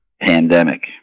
pandemic